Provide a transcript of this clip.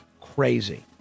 crazy